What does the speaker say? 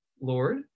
Lord